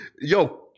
Yo